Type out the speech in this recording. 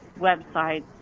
websites